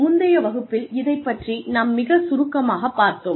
முந்தைய வகுப்பில் அதைப் பற்றி நாம் மிகச் சுருக்கமாகப் பார்த்தோம்